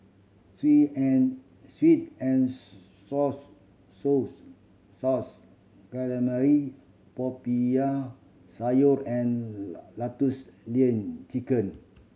sweet and sweet and souse calamari Popiah Sayur and lotus lean chicken